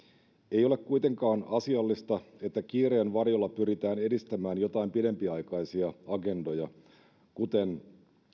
ei ole kuitenkaan asiallista että kiireen varjolla pyritään edistämään joitain pidempiaikaisia agendoja kuten